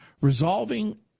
Resolving